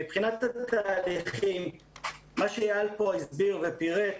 מבחינת התהליך, מה שאיל פה הסביר ופירט,